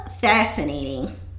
fascinating